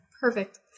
Perfect